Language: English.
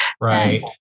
right